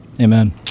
Amen